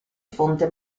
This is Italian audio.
fonte